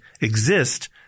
exist